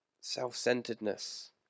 self-centeredness